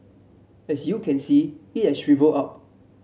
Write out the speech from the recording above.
as you can see it has shrivelled up